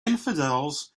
infidels